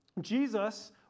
Jesus